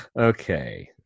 Okay